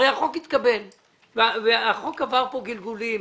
הרי החוק התקבל והוא עבר כאן גלגולים.